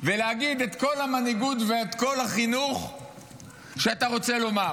ולהגיד את כל המנהיגות ואת כל החינוך שאתה רוצה לומר.